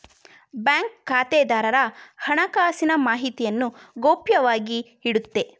bank ಖಾತೆದಾರರ ಹಣಕಾಸಿನ ಮಾಹಿತಿಯನ್ನು ಗೌಪ್ಯವಾಗಿ ಇಡುತ್ತೆ